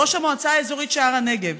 ראש המועצה האזורית שער הנגב: